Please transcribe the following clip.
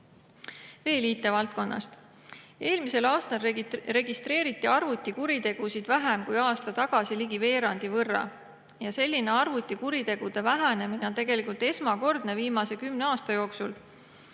Veel IT-valdkonnast. Eelmisel aastal registreeriti arvutikuritegusid vähem kui aasta tagasi ligi veerandi võrra. Selline arvutikuritegude vähenemine on tegelikult esmakordne viimase kümne aasta jooksul.